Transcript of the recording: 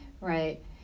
right